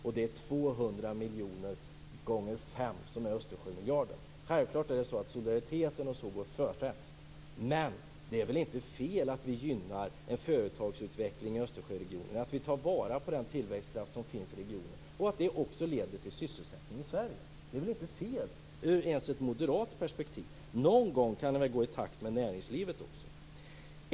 Det är 200 miljoner gånger fem som är Östersjömiljarden. Självklart går solidariteten främst. Men det är väl inte fel att vi gynnar en företagsutveckling i Östersjöregionen och tar vara på den tillväxtkraft som finns i regionen och att det också leder till sysselsättning i Sverige? Det är väl inte fel, ens ur ett moderat perspektiv? Någon gång kan ni väl gå i takt med näringslivet.